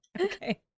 Okay